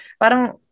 parang